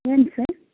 ఏంటి సార్